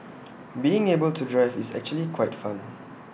being able to drive is actually quite fun